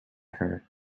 her